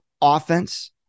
offense